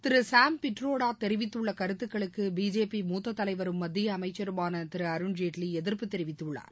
திரு சாம் பிட்ரோடா தெரிவித்துள்ள கருத்துகளுக்கு பிஜேபி மூத்த தலைவரும் மத்திய அமைச்சருமான திரு அருண்ஜெட்லி எதிர்ப்பு தெரிவித்துள்ளார்